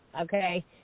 Okay